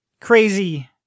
crazy